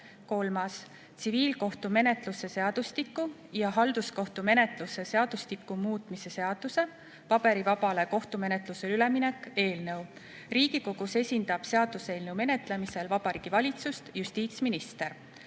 Kolmandaks, tsiviilkohtumenetluse seadustiku ja halduskohtumenetluse seadustiku muutmise seaduse (paberivabale kohtumenetlusele üleminek) eelnõu. Riigikogus esindab seaduseelnõu menetlemisel Vabariigi Valitsust justiitsminister.